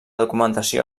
documentació